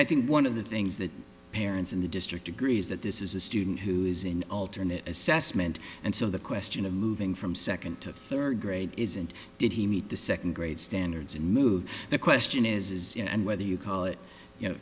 i think one of the things that parents in the district agrees that this is a student who is in alternate assessment and so the question of moving from second to third grade isn't did he meet the second grade standards and move the question is you know and whether you call it you know